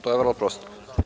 To je vrlo prosto.